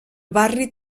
barri